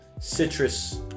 Citrus